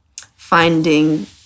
finding